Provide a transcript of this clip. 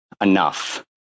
enough